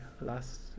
last